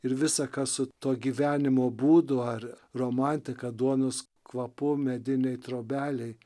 ir visa ką su tuo gyvenimo būdu ar romantika duonos kvapu medinėj trobelėj